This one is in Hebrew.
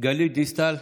גלית דיסטל,